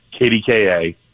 kdka